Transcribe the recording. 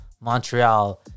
Montreal